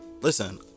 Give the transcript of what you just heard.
listen